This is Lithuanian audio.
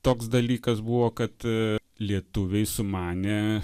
toks dalykas buvo kad lietuviai sumanė